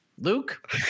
Luke